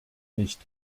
nicht